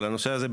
אבל הנושא הזה,